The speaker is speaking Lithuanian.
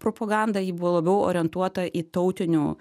propagandą ji buvo labiau orientuota į tautinių